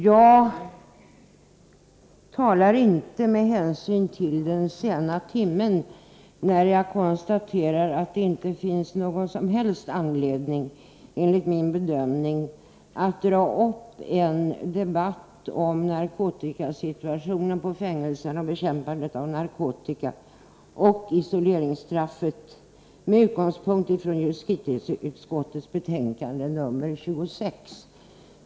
Jag talar inte med hänsyn till den sena timmen, när jag konstaterar att det inte finns någon som helst anledning enligt min bedömning att dra upp en debatt om narkotikasituationen på fängelser, bekämpandet av narkotikamissbruket samt isoleringsstraffet med utgångspunkt i justitieutskottets betänkande nr 26.